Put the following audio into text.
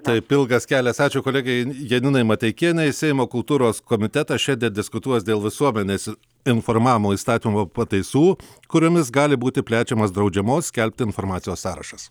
taip ilgas kelias ačiū kolegai janinai mateikienei seimo kultūros komitetas šiandien diskutuos dėl visuomenės informavimo įstatymo pataisų kuriomis gali būti plečiamas draudžiamos skelbti informacijos sąrašas